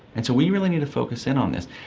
and so we really need to focus in on this.